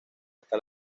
hasta